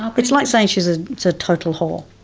ah it's like saying she's a total whore.